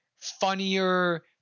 funnier